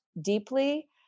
deeply